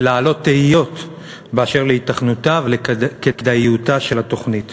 ולהעלות תהיות באשר להיתכנותה וכדאיותה של התוכנית